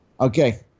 Okay